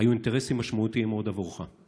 היו אינטרסים משמעותיים מאוד עבורך".